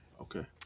Okay